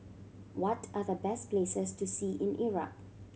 what are the best places to see in Iraq